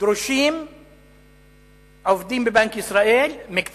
דרושים עובדים בבנק ישראל, מקצוע: